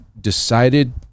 decided